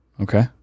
Okay